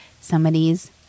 somebody's